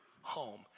home